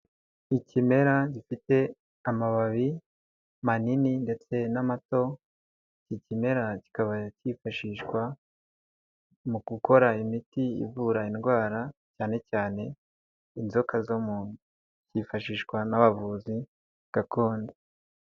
Ikimera gifite amababi manini ndetse n'amato, Iki kimera kikaba cyifashishwa mu gukora imiti ivura indwara, cyane cyane inzoka zo mu nda. Cyifashishwa n'abavuzi gakondo.